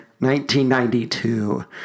1992